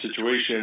situation